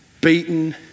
Beaten